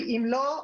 כי אם לא,